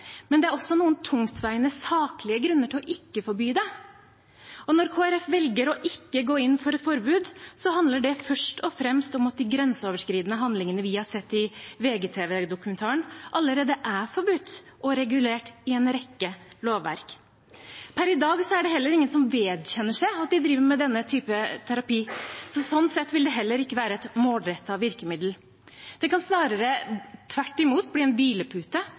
men det er også noen tungtveiende, saklige grunner til ikke å forby det. Når Kristelig Folkeparti velger ikke å gå inn for et forbud, handler det først og fremst om at de grenseoverskridende handlingene vi har sett i VGTV-dokumentaren, allerede er forbudt og regulert i en rekke lovverk. Per i dag er det heller ingen som vedkjenner seg at de driver med denne typen terapi, så sånn sett vil det heller ikke være et målrettet virkemiddel. Det kan snarere tvert imot bli en